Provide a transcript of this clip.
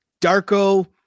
Darko